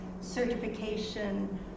certification